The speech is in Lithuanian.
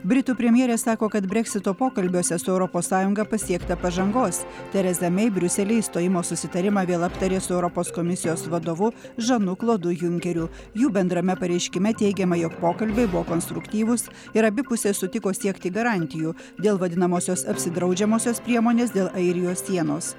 britų premjerė sako kad breksito pokalbiuose su europos sąjunga pasiekta pažangos tereza mei briuselyje išstojimo susitarimą vėl aptarė su europos komisijos vadovu žanu klodu junkeriu jų bendrame pareiškime teigiama jog pokalbiai buvo konstruktyvūs ir abi pusės sutiko siekti garantijų dėl vadinamosios apsidraudžiamosios priemonės dėl airijos sienos